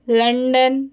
London